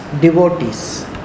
devotees